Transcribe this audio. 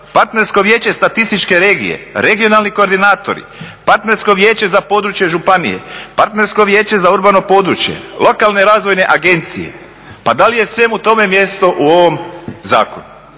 Partnersko vijeće statističke regije, Regionalni koordinatori, Partersko vijeće za područje županije, Partnersko vijeće za urbano područje, Lokalne razvojne agencije. Pa da li je svemu tome mjesto u ovom zakonu?